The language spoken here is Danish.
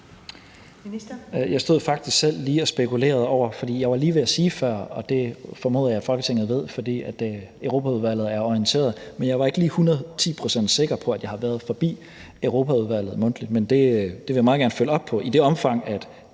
Jeg stod faktisk selv lige og spekulerede over det, for jeg var lige ved at sige det før, og det formoder jeg at Folketinget ved, fordi Europaudvalget er orienteret. Men jeg var ikke lige hundredeti procent sikker på, at jeg har været forbi Europaudvalget mundtligt. Men det vil jeg meget gerne følge op på. I det omfang at